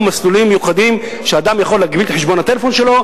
מסלולים מיוחדים שאדם יכול להגביל את חשבון הטלפון שלו,